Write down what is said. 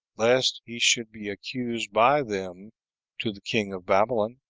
lest he should be accused by them to the king of babylon,